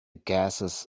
gases